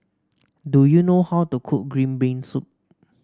do you know how to cook Green Bean Soup